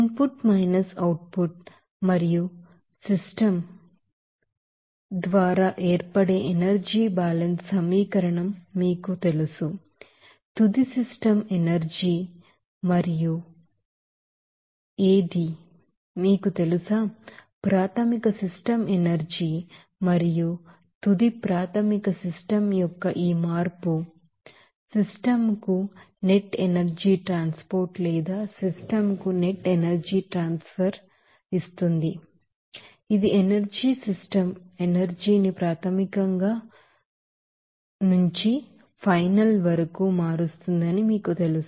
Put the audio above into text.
in put minus output మరియు నిర్ధిష్ట system ద్వారా ఏర్పడే ఎనర్జీ బ్యాలెన్స్ సమీకరణం మీకు ఏమి తెలుసు తుది సిస్టమ్ ఎనర్జీ మరియు ఏది మీకు తెలుసా ప్రాథమిక సిస్టమ్ ఎనర్జీ మరియు మా తుది ప్రాథమిక సిస్టమ్ యొక్క ఈ మార్పు మరియు సిస్టమ్ కు నెట్ ఎనర్జీ ట్రాన్స్ పోర్ట్ లేదా సిస్టమ్ కు నెట్ ఎనర్జీ ట్రాన్స్ ఫర్ మీకు ఇస్తుంది ఇది ఎనర్జీ సిస్టమ్ ఎనర్జీని ప్రాథమికంగా నుంచి ఫైనల్ కు మారుస్తుందని మీకు తెలుసు